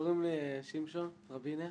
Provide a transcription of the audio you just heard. קוראים לי שמשון רבינא,